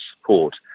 support